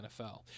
NFL